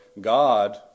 God